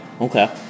okay